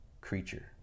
creature